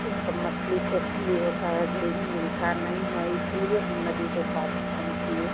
ये सब मछली कोस्टली होता है जल्दी मिलता नहीं है इसलिए हम नदी के पास फोन किए